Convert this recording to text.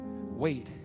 Wait